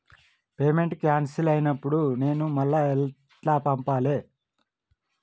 Payment cancel అయినపుడు నేను మళ్ళా ఎట్ల పంపాలే?